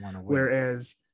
whereas